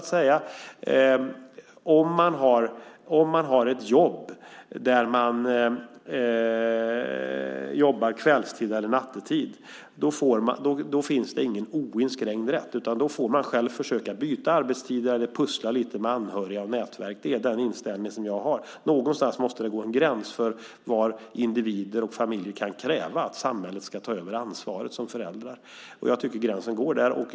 Om man har ett jobb där man jobbar kvällstid eller nattetid finns det ingen oinskränkt rätt, utan då får man själv försöka byta arbetstid eller pussla lite med anhöriga och nätverk. Det är den inställning jag har. Någonstans måste det gå en gräns för hur mycket individer och familjer kan kräva att samhället ska ta över av föräldrarnas ansvar, och jag tycker att gränsen går där.